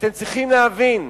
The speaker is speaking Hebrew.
אתם צריכים להבין,